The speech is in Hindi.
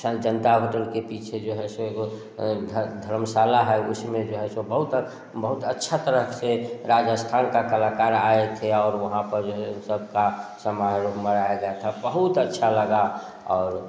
सन जनता होटल के पीछे जो है सो एगो धर्मशाला है उस में जो है सो बहुत बहुत अच्छा तरह से राजस्थान के कलाकार आए थे और वहाँ पर जो है सब का समारोह मनाया गया था बहुत अच्छा लगा और